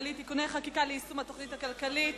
הכלכלית (תיקוני חקיקה ליישום התוכנית הכלכלית